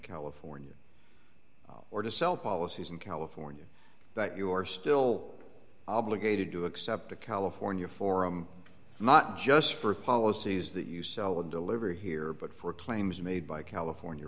california or to sell policies in california that you are still obligated to accept a california forum not just for policies that you sell and deliver here but for claims made by california